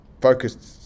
focused